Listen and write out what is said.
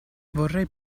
vorrei